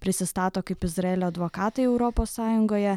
prisistato kaip izraelio advokatai europos sąjungoje